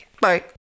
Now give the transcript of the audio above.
Bye